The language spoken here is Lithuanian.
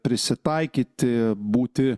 prisitaikyti būti